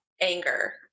anger